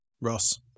Ross